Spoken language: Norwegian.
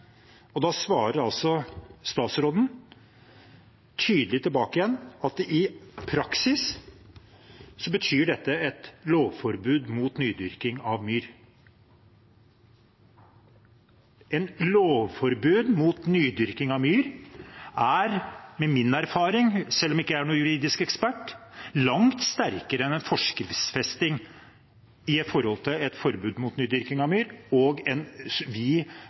her. Da svarer statsråden tydelig at i praksis betyr dette et lovforbud mot nydyrking av myr. Et lovforbud mot nydyrking av myr er etter min erfaring, selv om jeg ikke er noen juridisk ekspert, langt sterkere enn en forskriftsfesting av et forbud mot nydyrking av myr med en forholdsvis vid adgang for dispensasjon. Det er utgangspunktet, så enkelt og